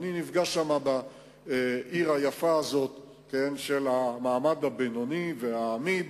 אני נפגש שם בעיר היפה הזאת של המעמד הבינוני והאמיד